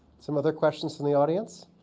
some other questions from the audience?